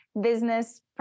business